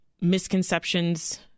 misconceptions